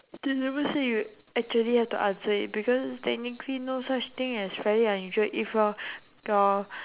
they never say you actually have to answer it because technically no such thing as fairly unusual if your your